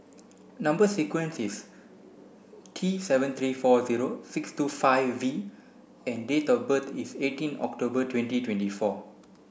number sequence is T seven three four zero six two five V and date of birth is eighteen October twenty twenty four